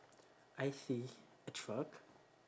I see a truck